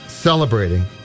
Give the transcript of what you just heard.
Celebrating